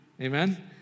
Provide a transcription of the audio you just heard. Amen